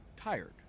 tired